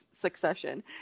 succession